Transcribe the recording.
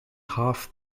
half